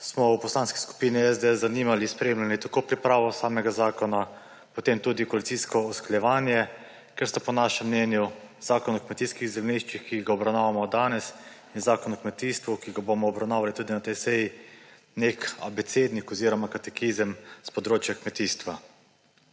smo v Poslanski skupini SDS z zanimanjem spremljali tako pripravo samega zakona, potem tudi koalicijsko usklajevanje, ker sta po našem mnenju zakon o kmetijskih zemljiščih, ki ga obravnavamo danes, in zakon o kmetijstvu, ki ga bomo obravnavali tudi na tej seji, nek abecednik oziroma katekizem s področja kmetijstva.